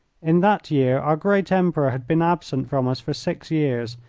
in that year our great emperor had been absent from us for six years,